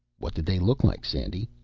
what did they look like, sandy?